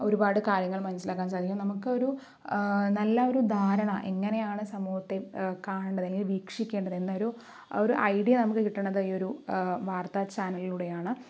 ഒരുപാട് കാര്യങ്ങൾ മനസ്സിലാക്കാൻ സാധിക്കും നമുക്ക് ഒരു നല്ല ഒരു ധാരണ എങ്ങനെയാണ് സമൂഹത്തിൽ കാണേണ്ടത് അല്ലെങ്കിൽ വീക്ഷിക്കേണ്ടത് എന്നൊരു ഒരു ഒരു ഐഡിയ നമുക്ക് കിട്ടണത് ഈ ഒരു വാർത്ത ചാനലിലൂടെയാണ്